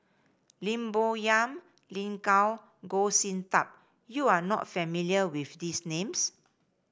Lim Bo Yam Lin Gao and Goh Sin Tub you are not familiar with these names